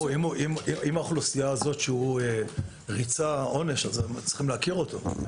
הוא חלק מהאוכלוסייה וריצה עונש אז צריך להכיר אותו.